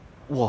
talk